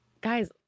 guys